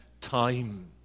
time